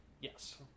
Yes